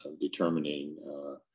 determining